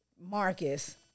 Marcus